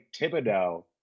Thibodeau